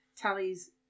Tally's